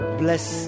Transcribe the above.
bless